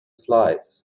slides